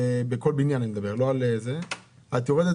את יורדת